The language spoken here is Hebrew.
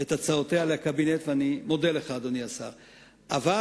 את הצעותיה לקבינט, ואדוני השר, אני מודה לך.